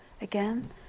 again